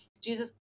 Jesus